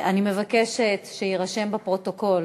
אני מבקשת שיירשם בפרוטוקול